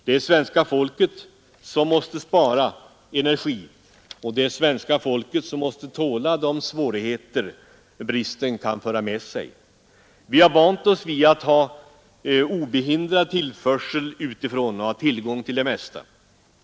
Det är svenska folket som måste spara energi, och det är svenska folket som måste tåla de svårigheter bristen kan föra med sig. Vi har vant oss vid att ha obehindrad tillförsel utifrån och att ha tillgång till det mesta.